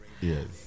Yes